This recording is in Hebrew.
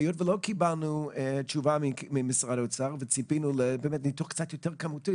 היות ולא קיבלנו תשובה ממשרד האוצר וציפינו לניתוח קצת יותר כמותי,